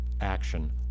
action